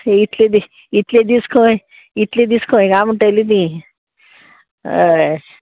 इतले दीस इतले दीस खंय इतले दीस खंय गाय म्हणटली ती हय